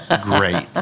great